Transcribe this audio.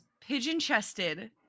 pigeon-chested